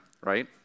right